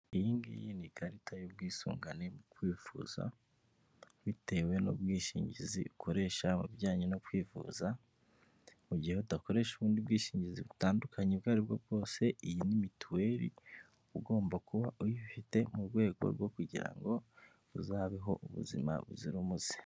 Iyi ngiyi ni ikarita y'ubwisungane mu kwivuza, bitewe n'ubwishingizi ukoresha mu bijyanye no kwivuza, mu gihe udakoresha ubundi bwishingizi butandukanye ubwo ari bwo bwose iyi ni mituweli, uba ugomba kuba uyifite mu rwego rwo kugira ngo uzabeho ubuzima buzira umuze.